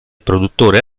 produttore